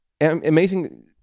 Amazing